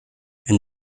and